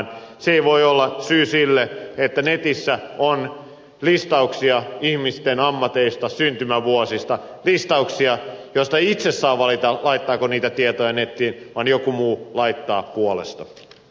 se ei voi olla syy siihen että netissä on listauksia ihmisten ammateista syntymävuosista eikä itse ei saa valita laittaako niitä tietoja nettiin vaan joku muu laittaa puolesta